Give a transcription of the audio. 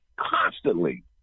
constantly